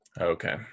Okay